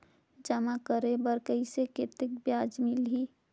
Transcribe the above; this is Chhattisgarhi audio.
जमा करे बर कइसे कतेक ब्याज मिलही?